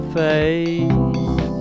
face